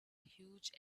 huge